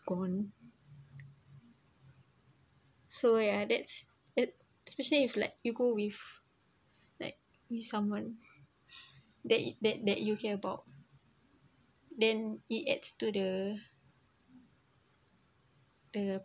gone so ya that's it especially if like you go with like with someone that it that that you care about then it adds to the the